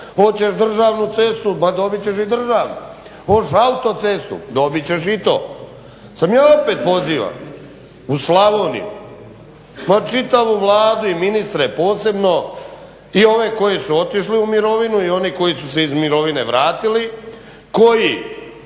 hoćeš državnu cestu ma dobit ćeš i državnu, hoćeš autocestu dobit ćeš i to. Samo ja opet pozivam u Slavoniju pa čitavu Vladu i ministre posebno i ove koji su otišli u mirovinu i oni koji su se iz mirovine vratili, koji